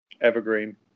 evergreen